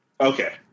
Okay